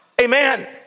Amen